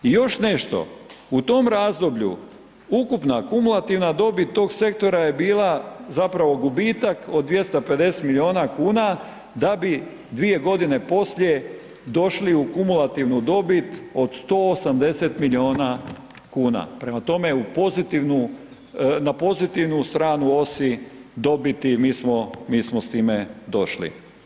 I još nešto, u tom razdoblju ukupna kumulativna dobit tog sektora je bila zapravo gubitak od 250 milijuna kuna, da bi dvije godine poslije došli u kumulativnu dobit od 180 milijuna kuna, prema tome u pozitivnu, na pozitivnu stranu osi dobiti mi smo, mi smo s time došli.